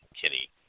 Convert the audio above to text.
Kenny